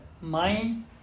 Mind